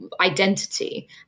identity